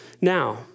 Now